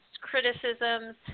criticisms